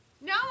No